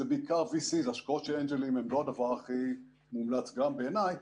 זה בעיקר VCs. השקעות של אנג'לים הן לא הדבר הכי מומלץ גם בעיניי.